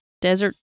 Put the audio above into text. desert